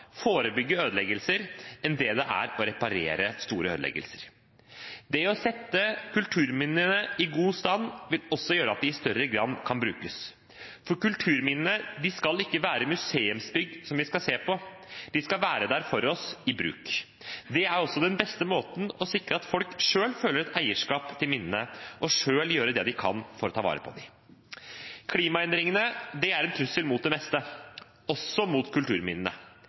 forebygge ødeleggelser enn det det er å reparere store ødeleggelser. Det å sette kulturminnene i god stand vil også gjøre at de i større grad kan brukes. For kulturminner skal ikke være museumsbygg som vi skal se på, de skal være der i bruk for oss. Det er også den beste måten å sikre at folk selv føler et eierskap til minnet på, og selv gjør det de kan for å ta vare på dem. Klimaendringene er en trussel mot det meste, også mot kulturminnene.